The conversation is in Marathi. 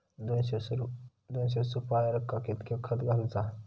दोनशे सुपार्यांका कितक्या खत घालूचा?